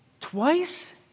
Twice